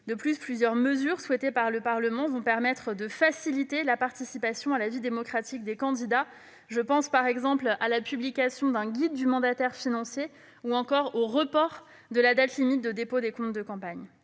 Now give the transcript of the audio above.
De plus, plusieurs mesures souhaitées par le Parlement permettront de faciliter la participation à la vie démocratique des candidats. Je pense, par exemple, à la publication d'un guide du mandataire financier, ou encore au report de la date limite de dépôt des comptes de campagne.